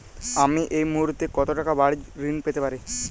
আমি এই মুহূর্তে কত টাকা বাড়ীর ঋণ পেতে পারি?